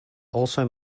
also